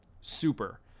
Super